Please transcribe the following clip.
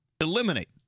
eliminate